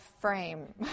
frame